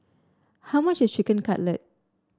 how much is Chicken Cutlet